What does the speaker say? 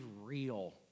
real